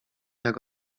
jak